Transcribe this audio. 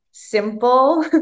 simple